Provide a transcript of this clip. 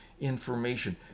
information